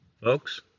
folks